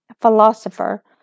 philosopher